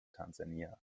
tansania